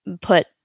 put